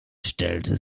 stellte